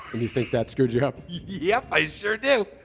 and you think that screwed you up? yep! i sure do!